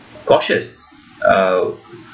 cautious uh